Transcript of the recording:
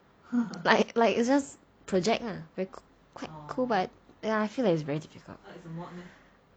like like it's just project ah very quite cool but then I feel like it's very difficult